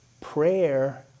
prayer